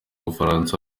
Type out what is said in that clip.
bufaransa